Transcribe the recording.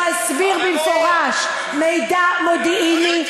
הוא הסביר במפורש: מידע מודיעיני,